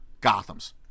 Gotham's